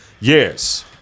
Yes